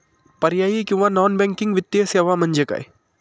पर्यायी किंवा non banking वित्तीय सेवा म्हणजे काय?